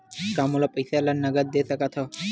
का मोला पईसा ला नगद दे सकत हव?